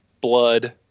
blood